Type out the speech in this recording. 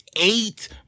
eight